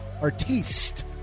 artiste